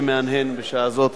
שמהנהן בשעה זאת,